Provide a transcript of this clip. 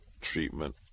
treatment